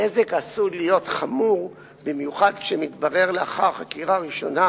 הנזק עשוי להיות חמור במיוחד כשמתברר לאחר חקירה ראשונה,